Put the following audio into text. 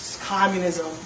Communism